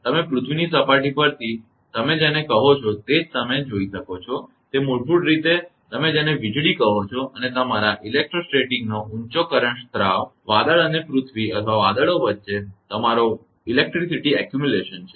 તમે પૃથ્વીની સપાટી પરથી તમે જેને કહો છો તે જ તમે જોઈ શકો છો કે તે મૂળભૂત રીતે તમે જેને વીજળી કહો છો અને તમારા ઇલેક્ટ્રોસ્ટેટિકનો ઊંચો કરંટ સ્રાવ વાદળ અને પૃથ્વી અથવા વાદળો વચ્ચે તમારો વીજળી સંચય છે